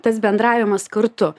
tas bendravimas kartu